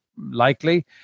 likely